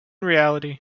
reality